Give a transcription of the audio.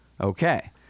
Okay